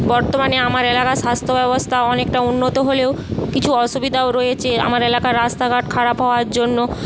বর্তমানে আমার এলাকার স্বাস্থ্যব্যবস্থা অনেকটা উন্নত হলেও কিছু অসুবিধাও রয়েছে আমার এলাকার রাস্তাঘাট খারাপ হওয়ার জন্য